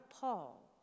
Paul